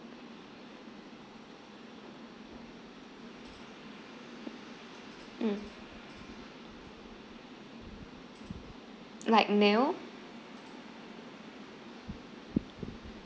mm like milk